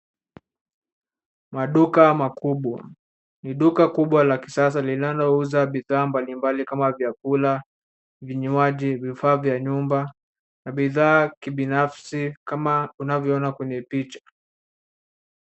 Maduka makubwa, ni duka kubwa la kisasa linalouza bidhaa mbali mbali kama vyakula, vinywaji, vifaa vya nyumba na bidhaa kibinafsi kama unavyoona kwenye picha.